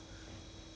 oh why eh